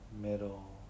middle